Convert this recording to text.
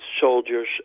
soldiers